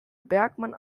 bergmann